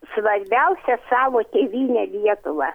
svarbiausia savo tėvynę lietuvą